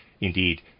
indeed